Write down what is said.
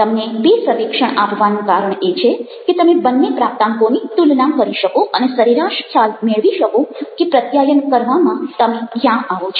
તમને બે સર્વેક્ષણ આપવાનું કારણ એ છે કે તમે બંને પ્રાપ્તાંકોની તુલના કરી શકો અને સરેરાશ ખ્યાલ મેળવી શકો કે પ્રત્યાયન કરવામાં તમે ક્યાં આવો છો